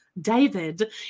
david